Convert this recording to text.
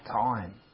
time